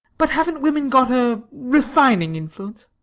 but haven't women got a refining influence?